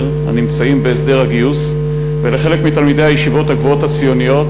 הנמצאים בהסדר הגיוס ולחלק מתלמידי הישיבות הגבוהות הציוניות,